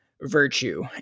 virtue